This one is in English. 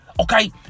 Okay